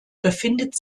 befindet